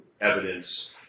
evidence